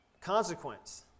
consequence